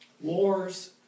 wars